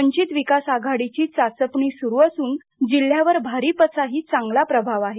वंचित विकास आघाडीची चाचपणीही सुरु असुन जिल्ह्यावर भारिपचाही चांगलाप्रभाव आहे